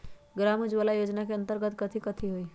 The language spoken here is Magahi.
ग्राम उजाला योजना के अंतर्गत कथी कथी होई?